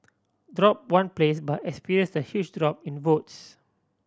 drop one place but experience a huge drop in votes